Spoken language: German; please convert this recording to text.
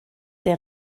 der